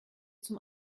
zum